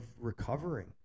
recovering